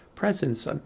presence